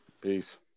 peace